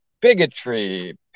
bigotry